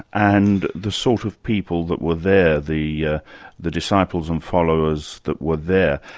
and the sort of people that were there the ah the disciples and followers that were there.